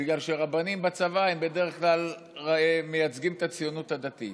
בגלל שרבנים בצבא בדרך כלל מייצגים את הציונות הדתית,